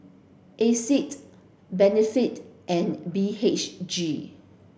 Asics Benefit and B H G